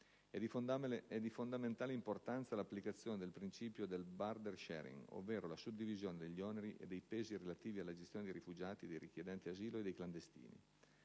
È di fondamentale importanza l'applicazione del principio del *burden sharing*, ovvero la suddivisione degli oneri e dei pesi relativi alla gestione dei rifugiati, dei richiedenti asilo e dei clandestini.